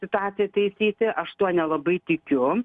situaciją taisyti aš tuo nelabai tikiu